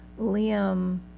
Liam